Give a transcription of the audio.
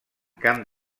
camp